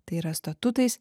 tai yra statutais